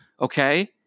Okay